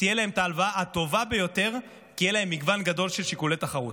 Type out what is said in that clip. תהיה להם ההלוואה הטובה ביותר כי יהיה להם מגוון גדול של שיקולי תחרות.